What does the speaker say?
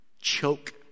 choke